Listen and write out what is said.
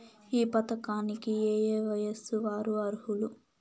ఈ పథకానికి ఏయే వయస్సు వారు అర్హులు?